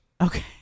Okay